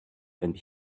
and